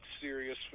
serious